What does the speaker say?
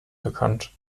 bekannt